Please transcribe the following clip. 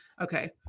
okay